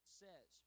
says